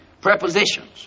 prepositions